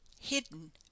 hidden